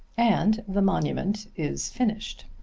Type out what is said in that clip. and the monument is finished.